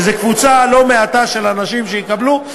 שזו קבוצה לא קטנה של אנשים שיקבלו.